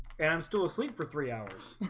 and i'm still asleep for three hours.